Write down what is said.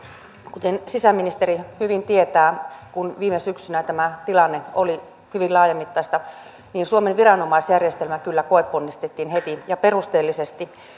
kuten sisäministeri hyvin tietää kun viime syksynä tämä tilanne oli hyvin laajamittaista suomen viranomaisjärjestelmä kyllä koeponnistettiin heti ja perusteellisesti